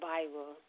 Bible